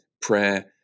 prayer